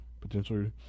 potentially